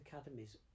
academies